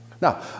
Now